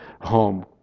home